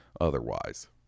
otherwise